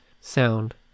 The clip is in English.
sound